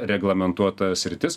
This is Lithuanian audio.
reglamentuota sritis